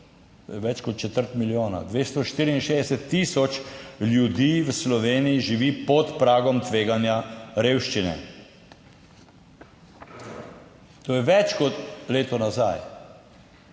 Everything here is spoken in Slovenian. več kot četrt milijona, 264 tisoč ljudi v Sloveniji živi pod pragom tveganja revščine. To velja za več kot leto dni nazaj.